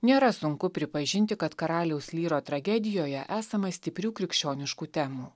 nėra sunku pripažinti kad karaliaus lyro tragedijoje esama stiprių krikščioniškų temų